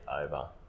over